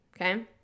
okay